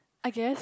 I guess